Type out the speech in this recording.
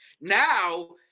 now